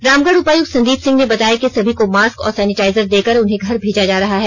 रामगढ़ उपायुक्त संदीप सिंह ने बताया कि सभी को मास्क और सेनिटाइजर देकर उन्हें घर भेजा जा रहा है